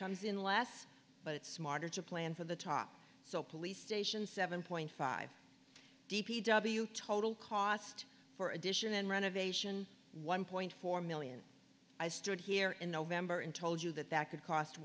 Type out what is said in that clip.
comes in last but it's smarter to plan for the top so police station seven point five d p w total cost for addition and renovation one point four million i stood here in november and told you that that could cost